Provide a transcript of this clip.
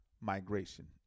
migration